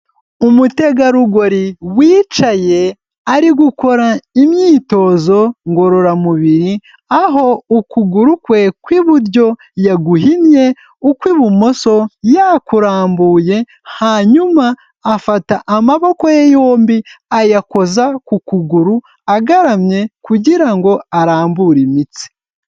Umutegarugori wicaye ari gukora imyitozo ngororamubiri, aho ukuguru kwe kw'iburyo yaguhinnye ukw'ibumoso yakurambuye, hanyuma afata amaboko ye yombi ayakoza ku kuguru agaramye kugira ngo arambure imitsi.